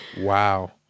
Wow